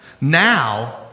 Now